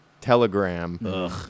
telegram